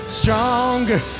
stronger